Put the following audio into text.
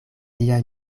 tia